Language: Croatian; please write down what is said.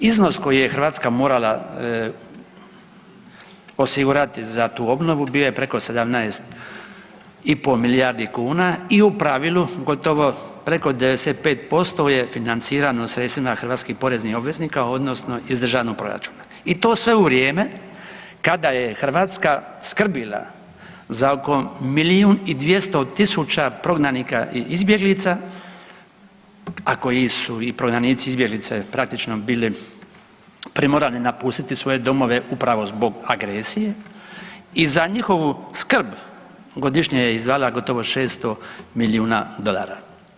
Iznos koji je Hrvatska morala osigurati za tu obnovu bio je preko 17 i pol milijardi kuna i u pravilu gotovo preko 95% je financirano sredstvima hrvatskih poreznih obveznika odnosno iz državnog proračuna i to sve u vrijeme kada je Hrvatska skrbila za oko milijun i 200 tisuća prognanika i izbjeglica, a koji su prognanici i izbjeglice praktično bili primorani napustiti svoje domove upravo zbog agresije i za njihovu skrb godišnje je izdvajala gotovo 600 milijuna dolara.